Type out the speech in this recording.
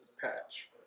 patch